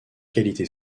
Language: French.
qualité